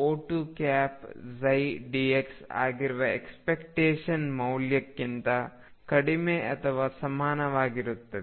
∫O2ψdx ಆಗಿರುವ ಎಕ್ಸ್ಪೆಕ್ಟೇಶನ್ ಮೌಲ್ಯಕ್ಕಿಂತ ಕಡಿಮೆ ಅಥವಾ ಸಮನಾಗಿರುತ್ತದೆ